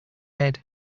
head